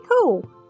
cool